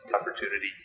opportunity